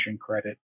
credit